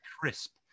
crisp